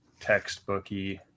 textbooky